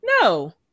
No